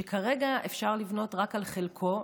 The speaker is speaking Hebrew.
שכרגע אפשר לבנות רק על חלקו.